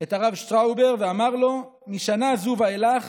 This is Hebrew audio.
את הרב שטראובר ואמר לו: משנה זו ואילך